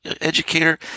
educator